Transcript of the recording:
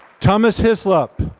thomas hislop.